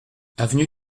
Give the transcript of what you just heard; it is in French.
avenue